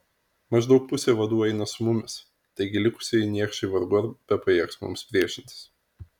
maždaug pusė vadų eina su mumis taigi likusieji niekšai vargu ar bepajėgs mums priešintis